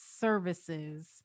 services